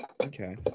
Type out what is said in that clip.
Okay